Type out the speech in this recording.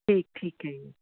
ਠੀ ਠੀਕ ਹੈ ਜੀ